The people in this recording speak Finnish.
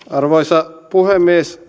arvoisa puhemies